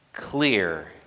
clear